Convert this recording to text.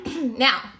Now